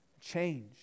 change